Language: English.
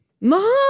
Mom